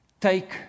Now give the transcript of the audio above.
take